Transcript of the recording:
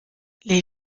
les